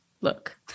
look